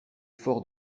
fort